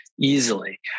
easily